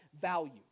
value